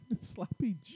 Sloppy